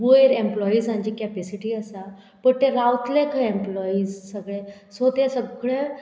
वयर एम्पलोइिजांची कॅपेसिटी आसा बट ते रावतले खंय एम्पलोइज सगळे सो ते सगळे